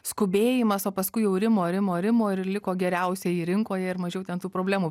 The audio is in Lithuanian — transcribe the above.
skubėjimas o paskui jau rimo rimo rimo ir liko geriausieji rinkoje ir mažiau ten tų problemų